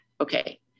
okay